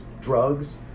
drugs